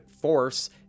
force